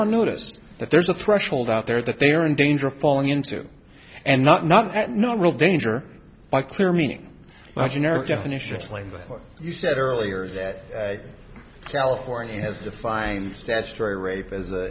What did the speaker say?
on notice that there's a threshold out there that they are in danger of falling into and not not at no real danger by clear meaning nationally but you said earlier that california has defined statutory rape as a